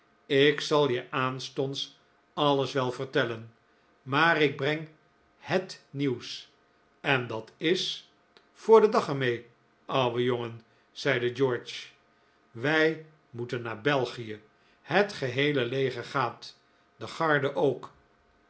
ik zal je aanstonds alles wel vertellen maar ik breng het nieuws en dat is voor den dag er mee ouwe jongen zeide george wij moeten naar belgie het geheele leger gaat de garde ook